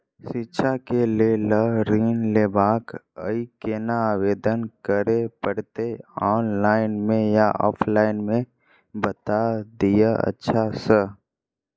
शिक्षा केँ लेल लऽ ऋण लेबाक अई केना आवेदन करै पड़तै ऑनलाइन मे या ऑफलाइन मे बता दिय अच्छा सऽ?